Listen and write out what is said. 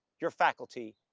your faculty,